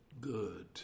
Good